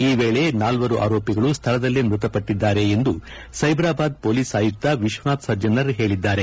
ಆ ವೇಳೆ ನಾಲ್ವರು ಆರೋಪಿಗಳು ಸ್ಥಳದಲ್ಲೇ ಮೃತಪಟ್ಟದ್ದಾರೆ ಎಂದು ಸೈಬರಾಬಾದ್ ಪೊಲೀಸ್ ಆಯುಕ್ತ ವಿಶ್ವನಾಥ್ ಸಜ್ಜನರ್ ಹೇಳಿದ್ದಾರೆ